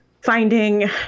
finding